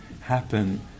happen